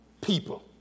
people